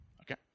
Okay